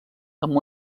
amb